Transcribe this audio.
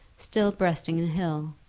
still breasting the hill,